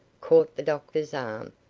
caught the doctor's arm,